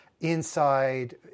inside